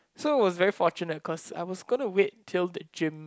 so I was very fortunate cause I was gonna wait till the gym